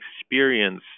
experience